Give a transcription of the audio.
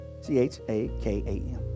C-H-A-K-A-M